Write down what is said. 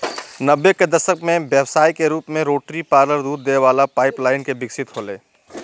नब्बे के दशक में व्यवसाय के रूप में रोटरी पार्लर दूध दे वला पाइप लाइन विकसित होलय